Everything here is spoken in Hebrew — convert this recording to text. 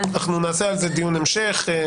אנחנו נעשה על זה דיון המשך.